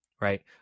right